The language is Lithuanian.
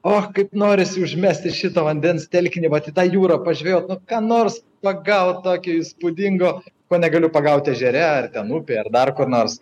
o kaip norisi užmesti į šitą vandens telkinį vat į tą jūrą pažvejot nu nors pagaut tokio įspūdingo ko negaliu pagaut ežere upėje ar dar kur nors